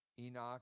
Enoch